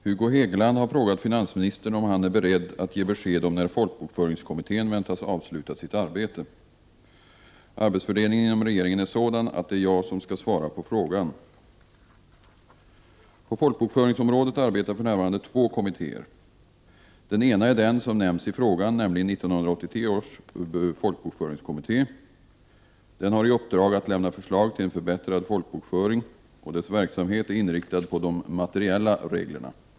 Herr talman! Hugo Hegeland har frågat finansministern, om han är beredd att ge besked om när folkbokföringskommittén väntas avsluta sitt arbete. Arbetsfördelningen inom regeringen är sådan att det är jag som skall svara på frågan. På folkbokföringsområdet arbetar för närvarande två kommittéer. Den ena är den som nämns i frågan, nämligen 1983 års folkbokföringskommitté. Den har i uppdrag att lämna förslag till en förbättrad folkbokföring och dess verksamhet är inriktad på de materiella reglerna.